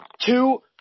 two